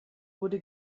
wurde